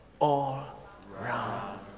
all-round